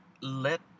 let